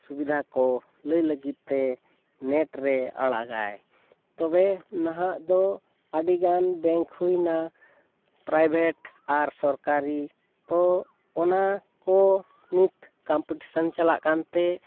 ᱥᱩᱵᱤᱫᱷᱟ ᱠᱚ ᱞᱟᱹᱭ ᱞᱟᱹᱜᱤᱫ ᱛᱮ ᱱᱮᱴ ᱨᱮ ᱟᱲᱟᱜᱟᱭ ᱛᱚᱵᱮ ᱱᱟᱦᱟᱜ ᱫᱚ ᱟᱹᱰᱤ ᱜᱟᱱ ᱵᱮᱝᱠ ᱦᱩᱭᱱᱟ ᱯᱨᱟᱭᱵᱷᱮᱴ ᱟᱨ ᱥᱚᱨᱠᱟᱨᱤ ᱛᱚ ᱚᱱᱟ ᱠᱚ ᱱᱤᱛ ᱠᱚᱢᱯᱤᱴᱤᱥᱚᱱ ᱪᱟᱞᱟᱜ ᱠᱟᱱ ᱛᱮ